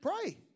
Pray